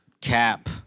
Cap